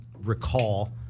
recall –